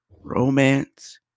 romance